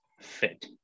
fit